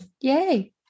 yay